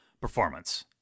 performance